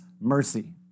mercy